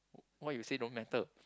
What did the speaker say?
what you say don't matter